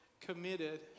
committed